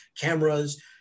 cameras